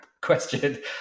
question